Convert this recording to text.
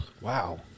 Wow